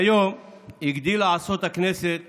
היום הגדילה לעשות הכנסת